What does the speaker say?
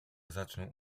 zacznę